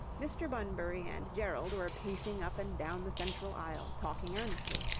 mr. bunbury and gerald were pacing up and down the central aisle, talking earnestly.